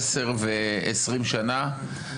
עשר ו-20 שנה.